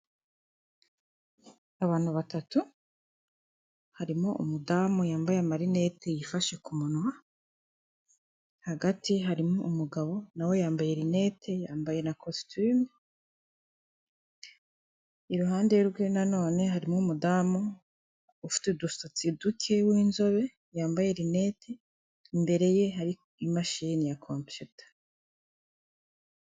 Ikinyabiziga k'ibinyamitende kikoreye kigaragara cyakorewe mu Rwanda n'abagabo batambuka muri iyo kaburimbo n'imodoka nyinshi ziparitse zitegereje abagenzi.